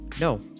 No